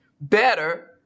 better